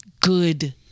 good